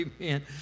amen